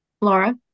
Laura